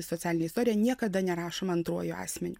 socialinė istorija niekada nerašoma antruoju asmeniu